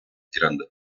grand